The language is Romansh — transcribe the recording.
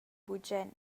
bugen